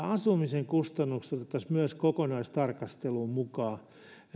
asumisen kustannukset otettaisiin kokonaistarkasteluun mukaan